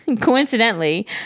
coincidentally